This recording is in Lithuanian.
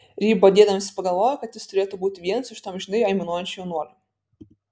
ir ji bodėdamasi pagalvojo kad jis turėtų būti vienas iš tų amžinai aimanuojančių jaunuolių